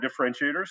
differentiators